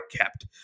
kept